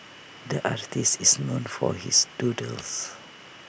the artist is known for his doodles